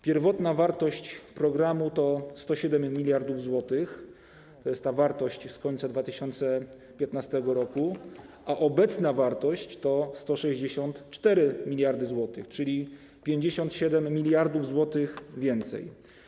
Pierwotna wartość programu to 107 mld zł, to jest ta wartość z końca 2015 r., a obecna wartość to 164 mld zł, czyli o 57 mld zł więcej.